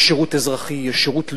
יש שירות אזרחי, יש שירות לאומי.